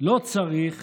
לא צריך